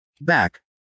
Back